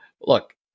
look